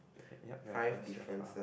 okay yup that's five so far